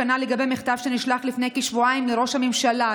כנ"ל לגבי מכתב שנשלח לפני כשבועיים לראש הממשלה,